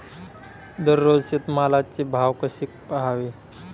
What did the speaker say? दररोज शेतमालाचे भाव कसे पहावे?